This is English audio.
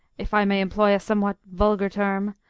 if i may employ a somewhat vulgar term,